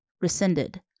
Rescinded